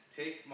take